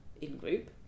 in-group